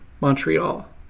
Montreal